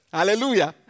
Hallelujah